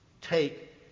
take